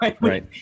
Right